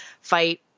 fight